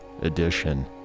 edition